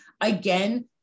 again